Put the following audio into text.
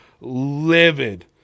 livid